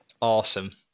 awesome